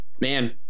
man